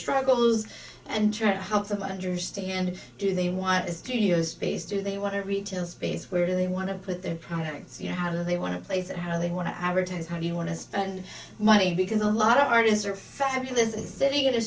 struggles and trying to help them understand do they want to studios space do they want a retail space where do they want to put their products you know how do they want to place it how they want to advertise how do you want to spend money because a lot of artists are fabulous and sitting in a